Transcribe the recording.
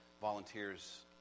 volunteers